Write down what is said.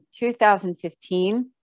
2015